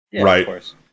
right